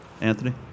Anthony